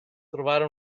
trovare